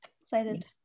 Excited